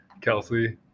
Kelsey